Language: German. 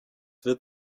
wird